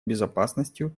безопасностью